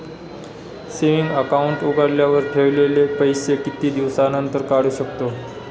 Saving account उघडल्यावर ठेवलेले पैसे किती दिवसानंतर काढू शकतो?